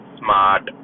smart